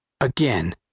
Again